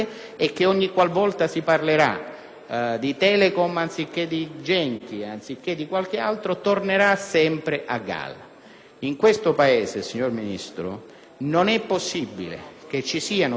di Telecom oppure di Genchi, questo tema tornerà sempre a galla. In questo Paese, signor Ministro, non è possibile che esistano tanti soggetti che trafficano